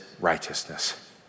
righteousness